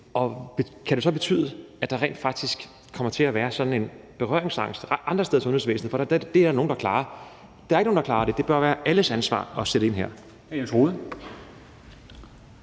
Og kan det så betyde, at der rent faktisk kommer til at være sådan en berøringsangst andre steder i sundhedsvæsenet, i forhold til at man siger, at det er der nogen der klarer? Der er ikke nogen, der klarer det. Det bør være alles ansvar at sætte ind her.